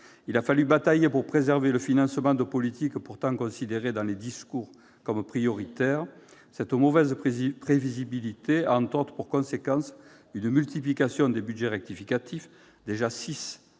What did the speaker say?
Il a fallu batailler pour préserver le financement de politiques pourtant considérées, dans les discours, comme prioritaires. Cette mauvaise prévisibilité a eu entre autres conséquences une multiplication des budgets rectificatifs- déjà six